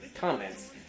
comments